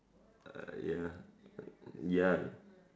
uh ya ya